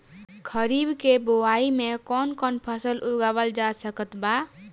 खरीब के बोआई मे कौन कौन फसल उगावाल जा सकत बा?